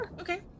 Okay